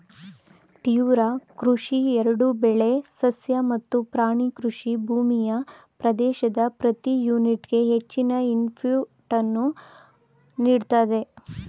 ತೀವ್ರ ಕೃಷಿ ಎರಡೂ ಬೆಳೆ ಸಸ್ಯ ಮತ್ತು ಪ್ರಾಣಿ ಕೃಷಿ ಭೂಮಿಯ ಪ್ರದೇಶದ ಪ್ರತಿ ಯೂನಿಟ್ಗೆ ಹೆಚ್ಚಿನ ಇನ್ಪುಟನ್ನು ನೀಡ್ತದೆ